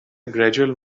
gradual